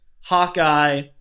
Hawkeye